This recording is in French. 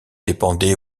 dépendait